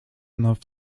enough